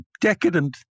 decadent